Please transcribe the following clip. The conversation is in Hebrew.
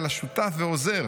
אלא שותף ועוזר',